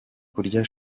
kurya